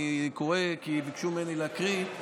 אני קורא כי ביקשו ממני להקריא: